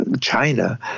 China